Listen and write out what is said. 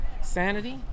sanity